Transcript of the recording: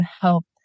Help